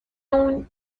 اون